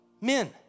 men